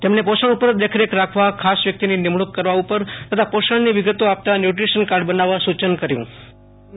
તેમણે પોષણ ઉપર દેખરેખ રાખવા ખાસવ્યક્તિની નિમણુંક કરવા ઉપર તથા પોષણની વિગતો આપતાં ન્યુટ્રીશીયન કાર્ડ બનાવવાનુંસૂચન કર્યું હતું